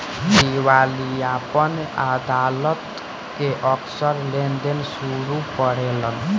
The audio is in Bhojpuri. दिवालियापन अदालत के अक्सर लेनदार शुरू करेलन